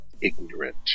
ignorant